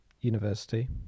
university